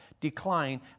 decline